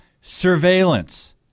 surveillance